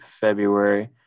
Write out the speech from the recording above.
February